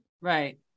right